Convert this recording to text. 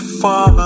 far